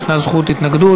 יש זכות התנגדות.